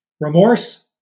remorse